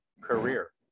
career